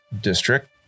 district